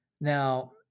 Now